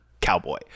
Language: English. cowboy